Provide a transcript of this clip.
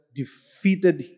defeated